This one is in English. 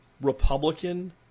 Republican